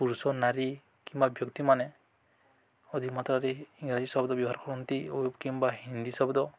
ପୁରୁଷ ନାରୀ କିମ୍ବା ବ୍ୟକ୍ତିମାନେ ଅଧିକ ମାତ୍ରାରେ ଇଂରାଜୀ ଶବ୍ଦ ବ୍ୟବହାର କରନ୍ତି ଓ କିମ୍ବା ହିନ୍ଦୀ ଶବ୍ଦ